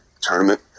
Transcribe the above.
tournament